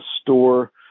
store